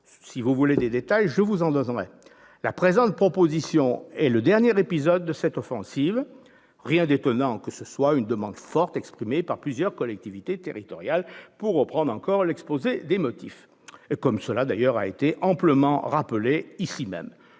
chers collègues, je vous en donnerai ! La présente proposition de loi est le dernier épisode de cette offensive. Rien d'étonnant que ce soit « une demande forte exprimée par plusieurs collectivités territoriales », pour reprendre l'exposé des motifs et comme cela a été amplement rappelé ici même.